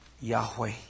Yahweh